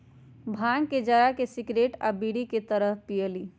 भांग के जरा के सिगरेट आ बीड़ी के तरह पिअईली